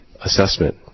assessment